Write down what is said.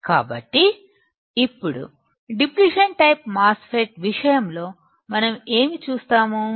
కాబట్టి ఇప్పుడు depletion type MOSFET విషయం లో మనం ఏమి చూస్తాము